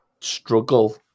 struggle